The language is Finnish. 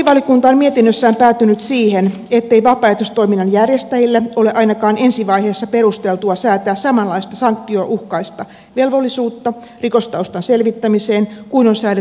lakivaliokunta on mietinnössään päätynyt siihen ettei vapaaehtoistoiminnan järjestäjille ole ainakaan ensi vaiheessa perusteltua säätää samanlaista sanktionuhkaista velvollisuutta rikostaustan selvittämiseen kuin on säädetty työnantajille